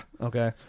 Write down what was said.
Okay